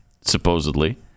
supposedly